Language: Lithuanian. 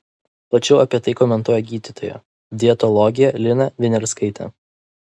plačiau apie tai komentuoja gydytoja dietologė lina viniarskaitė